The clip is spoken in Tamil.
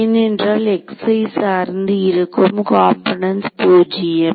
ஏனென்றால் X ஐ சார்ந்து இருக்கும் காம்போனென்ட்ஸ் பூஜ்ஜியம்